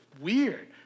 weird